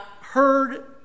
heard